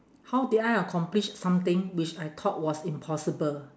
how did I accomplish something which I thought was impossible